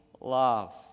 love